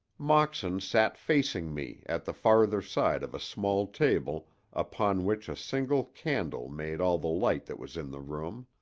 moxon sat facing me at the farther side of a small table upon which a single candle made all the light that was in the room.